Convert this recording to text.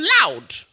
loud